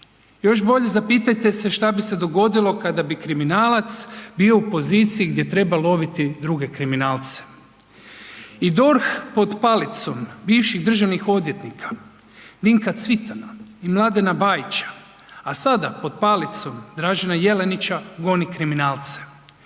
Još bolje zapitajte se šta bi se dogodilo kada bi kriminalac bio u poziciji gdje treba loviti druge kriminalce. I DORH pod palicom bivših državnih odvjetnika Vinka Cvitana i Mladena Bajića, a sada pod palicom Dražena Jelenića goni kriminalce.